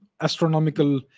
astronomical